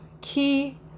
key